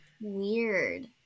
Weird